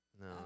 No